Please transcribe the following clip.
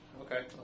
Okay